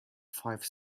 five